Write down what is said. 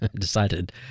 decided